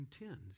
intends